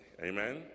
amen